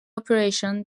operation